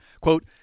Quote